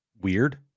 weird